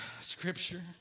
scripture